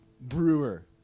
Brewer